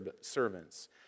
servants